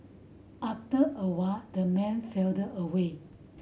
after a while the man filled away